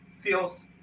feels